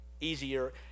easier